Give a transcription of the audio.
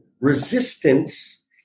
resistance